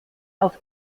auf